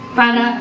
para